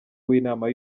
w’inama